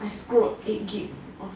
I scrolled eight G_B of